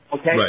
okay